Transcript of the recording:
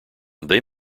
they